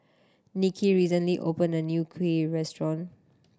Niki recently opened a new kuih restaurant